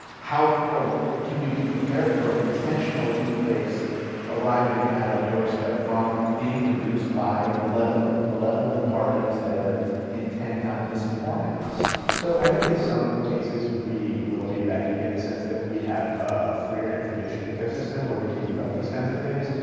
how, can we be prepared for intentional, deep fakes arriving at our doorstep from being produced by malevolent malevolent parties that are intent on dissident forming us. breland so i think in some cases we will be ready in the sense that we have a freer information ecosystem where we can debunk these kinds of things.